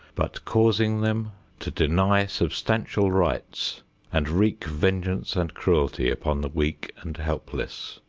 but causing them to deny substantial rights and wreak vengeance and cruelty upon the weak and helpless.